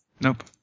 Nope